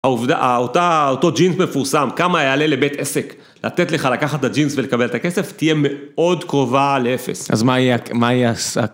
אותו ג'ינס מפורסם, כמה יעלה לבית עסק, לתת לך לקחת את הג'ינס ולקבל את הכסף, תהיה מאוד קרובה לאפס. אז מה יעשה?